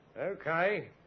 Okay